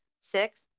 Six